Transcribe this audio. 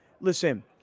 listen